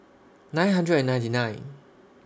nine hundred and ninety nine